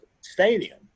stadium